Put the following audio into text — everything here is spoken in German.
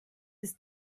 ist